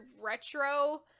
retro